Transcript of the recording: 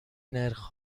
نرخ